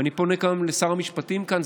אני פונה גם לשר המשפטים כאן,